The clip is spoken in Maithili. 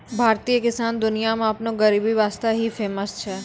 भारतीय किसान दुनिया मॅ आपनो गरीबी वास्तॅ ही फेमस छै